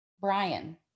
Brian